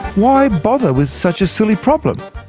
why bother with such a silly problem?